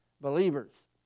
Believers